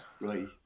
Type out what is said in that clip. Right